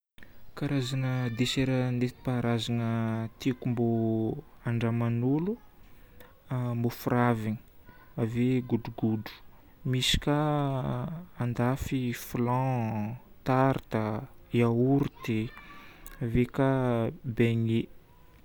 Karazagna déssert nentim-paharazana tiako mbô andraman'olo: mofo ravina, ave godrogodro. Misy ka andafy flan, tarte, yaourt, ave ka beignet.